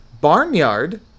Barnyard